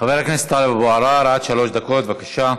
חבר הכנסת טלב אבו עראר, עד שלוש דקות, בבקשה.